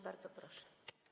Bardzo proszę.